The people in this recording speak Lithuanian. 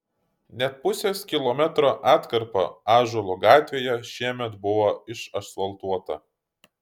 net pusės kilometro atkarpa ąžuolų gatvėje šiemet buvo išasfaltuota